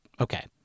Okay